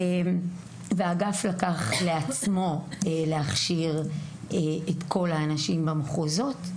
והאגף לקח על עצמו להכשיר את כל האנשים במחוזות,